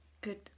good